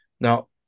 now